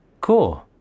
cool